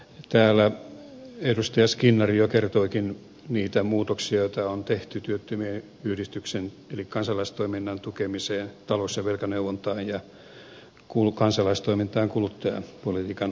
täällä edustaja skinnari jo käsittelikin niitä muutoksia joita on tehty työttömien yhdistysten eli kansalaistoiminnan tukemiseen talous ja velkaneuvontaan ja kansalaistoimintaan kuluttajapolitiikan alueella